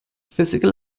physical